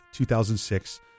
2006